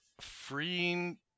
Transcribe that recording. freeing